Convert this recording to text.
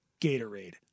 Gatorade